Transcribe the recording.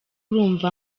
urumva